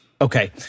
Okay